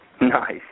Nice